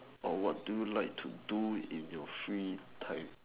or what do you like to do in your free time